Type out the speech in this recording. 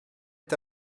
est